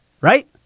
right